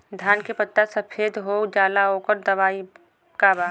धान के पत्ता सफेद हो जाला ओकर दवाई का बा?